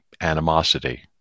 animosity